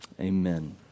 Amen